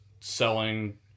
selling